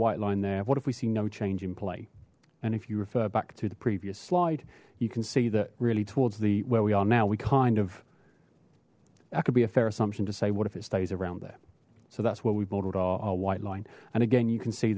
white line there what if we see no change in play and if you refer back to the previous slide you can see that really towards the where we are now we kind of that could be a fair assumption to say what if it stays around there so that's where we've modeled our white line and again you can see